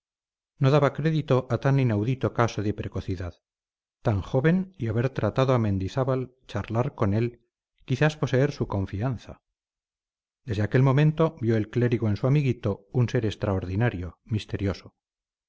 no daba crédito a tan inaudito caso de precocidad tan joven y haber tratado a mendizábal charlar con él quizás poseer su confianza desde aquel momento vio el clérigo en su amiguito un ser extraordinario misterioso